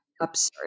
absurd